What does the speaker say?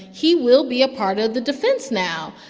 he will be a part of the defense now.